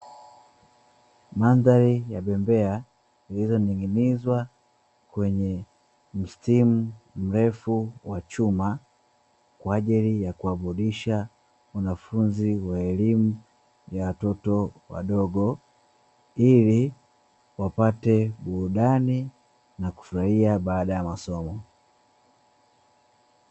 Mandhari ya bembea, zilizoning'inizwa kwenye mstimu mrefu ya chuma, kwa ajili ya kuwaburudisha wanafunzi wa elimu ya watoto wadogo ili wapate burudani na kufurahia baada ya masomo.